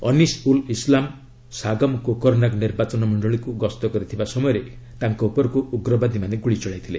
ଅନିସ୍ ଉଲ୍ ଉସଲାମ୍ ସାଗମ କୋକରନାଗ ନିର୍ବାଚନ ମଣ୍ଡଳୀକୁ ଗସ୍ତ କରୁଥିବା ସମୟରେ ତାଙ୍କ ଉପରକୁ ଉଗ୍ରବାଦୀମାନେ ଗୁଳି ଚଳାଇଥିଲେ